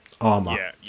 armor